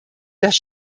das